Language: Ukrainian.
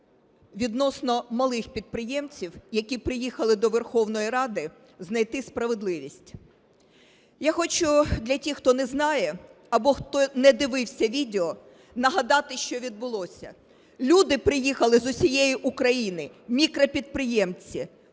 відносно малих підприємців, які приїхали до Верховної Ради знайти справедливість. Я хочу для тих, хто не знає або хто не дивився відео, нагадати, що відбулося. Люди приїхали з усієї України – мікропідприємці,